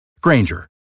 Granger